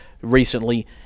recently